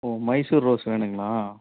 ஓ Mysore rose வேணுங்களா